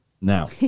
now